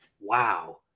wow